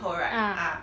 a'ah